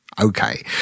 Okay